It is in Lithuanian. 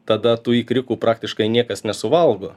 tada tų ikriukų praktiškai niekas nesuvalgo